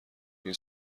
این